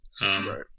Right